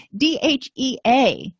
DHEA